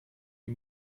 die